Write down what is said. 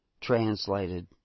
translated